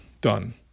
Done